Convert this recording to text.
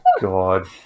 God